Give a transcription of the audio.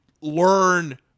learn